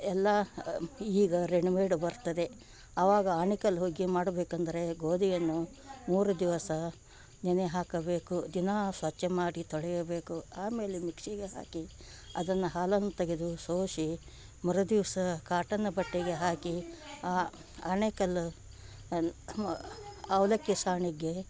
ಎಲ್ಲ ಈಗ ರೆಡಿಮೇಡ್ ಬರ್ತದೆ ಅವಾಗ ಆನಿಕಲ್ಲು ಹುಗ್ಗಿ ಮಾಡಬೇಕಂದರೆ ಗೋಧಿಯನ್ನು ಮೂರು ದಿವಸ ನೆನೆ ಹಾಕಬೇಕು ದಿನಾ ಸ್ವಚ್ಛ ಮಾಡಿ ತೊಳೆಯಬೇಕು ಆಮೇಲೆ ಮಿಕ್ಸಿಗೆ ಹಾಕಿ ಅದನ್ನು ಹಾಲನ್ನು ತೆಗೆದು ಸೋಸಿ ಮೃದು ಸಾ ಕಾಟನ್ ಬಟ್ಟೆಗೆ ಹಾಕಿ ಆಣೆಕಲ್ಲು ಅನ್ ಅವಲಕ್ಕಿ ಸಾಣಿಗ್ಗೆ